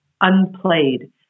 unplayed